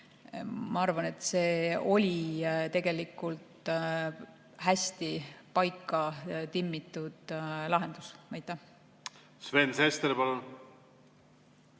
ma arvan, et see oli tegelikult hästi paika timmitud lahendus. Sven Sester, palun!